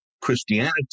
Christianity